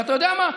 אתה יודע מה,